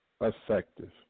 effective